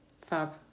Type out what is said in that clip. Fab